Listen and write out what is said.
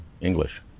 English